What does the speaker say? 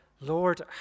Lord